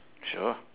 sure